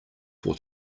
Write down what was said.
for